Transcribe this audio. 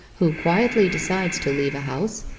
who quietly decides to leave a house,